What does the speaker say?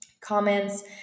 comments